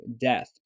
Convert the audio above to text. death